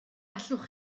allwch